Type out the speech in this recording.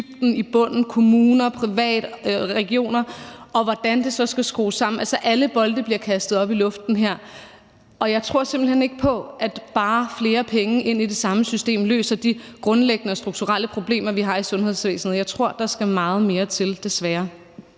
til kommuner og regioner og se på, hvordan det så skal skrues sammen. Altså, alle bolde bliver kastet op i luften her. Og jeg tror simpelt hen ikke på, at det, at der kommer flere penge ind i det samme system, løser de grundlæggende og strukturelle problemer, vi har i sundhedsvæsenet. Jeg tror desværre, der skal meget mere til.